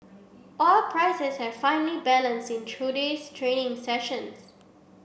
oil prices had finely balanced in today's trading sessions